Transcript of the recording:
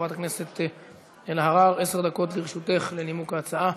חברת הכנסת אלהרר, עשר דקות לרשותך לנימוק ההצעה,